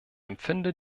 empfinde